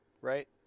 Right